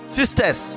sisters